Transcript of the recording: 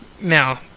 Now